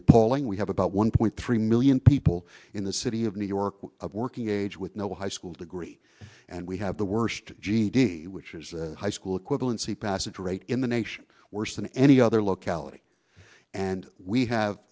polling we have about one point three million people in the city of new york of working age with no high school degree and we have the worst g d p which is high school equivalency passage rate in the nation worse than any other locality and we have